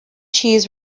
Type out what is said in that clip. cheese